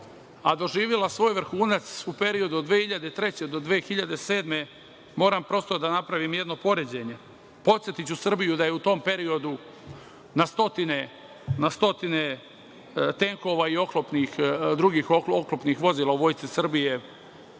a doživela svoj vrhunac u periodu od 2003. do 2007. godine, moram prosto da napravim jedno poređenje, podsetiću Srbiju da je u tom periodu na stotine tenkova i drugih oklopnih vozila u vojsci Srbije